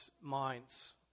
minds